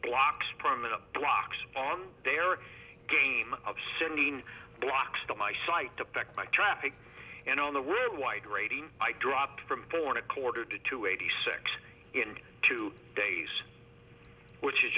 blocks permanent blocks on their game of sending blocks to my site to peck my traffic and on the world wide rating i dropped from born a quarter to two eighty six in two days which is